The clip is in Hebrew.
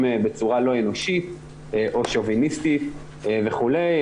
בצורה לא אנושית או שוביניסטית וכולי.